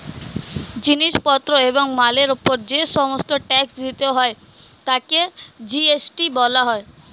জিনিস পত্র এবং মালের উপর যে সমস্ত ট্যাক্স দিতে হয় তাকে জি.এস.টি বলা হয়